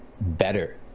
better